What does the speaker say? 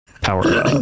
...power